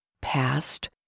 past